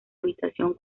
habitación